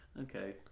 Okay